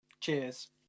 Cheers